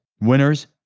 winners